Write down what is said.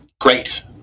great